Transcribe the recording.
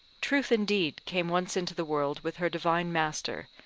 truth indeed came once into the world with her divine master,